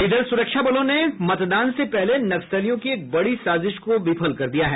सुरक्षा बलों ने मतदान से पहले नक्सलियों की एक बड़ी साजिश को विफल कर दिया है